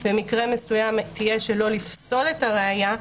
במקרה מסוים תהיה שלא לפסול את הראיה,